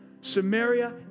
Samaria